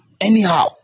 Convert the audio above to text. Anyhow